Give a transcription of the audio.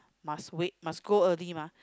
must wait must go early mah